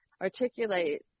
articulate